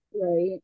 right